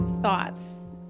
thoughts